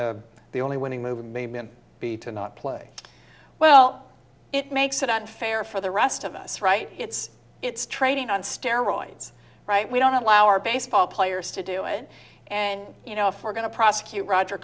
of the only winning movie may be to not play well it makes it unfair for the rest of us right it's it's trading on steroids right we don't allow our baseball players to do it and you know if we're going to prosecute roger